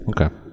Okay